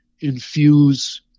infuse